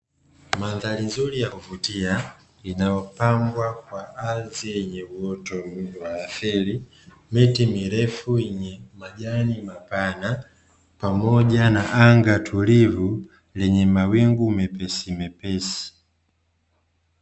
Mandhari nzuri ya kuvutia, inayopambwa kwa ardhi yenye uoto wa asili, miti mirefu yenye majani mapana pamoja na anga tulivu lenye mawingu mepesimepesi.